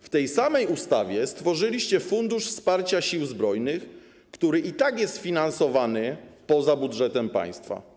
W tej samej ustawie stworzyliście Fundusz Wsparcia Sił Zbrojnych, który i tak jest finansowany poza budżetem państwa.